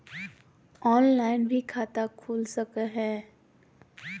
Online भी खाता खूल सके हय?